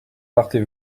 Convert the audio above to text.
partez